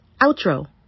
Outro